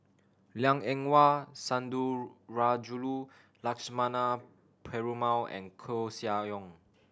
Liang Eng Hwa Lakshmana Perumal and Koeh Sia Yong